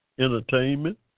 entertainment